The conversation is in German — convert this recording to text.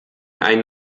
einen